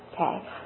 okay